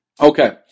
Okay